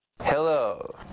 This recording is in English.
Hello